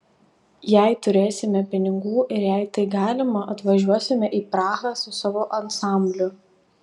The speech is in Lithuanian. jei turėsime pinigų ir jei tai galima atvažiuosime į prahą su savo ansambliu